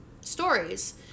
stories